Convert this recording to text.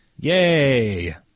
Yay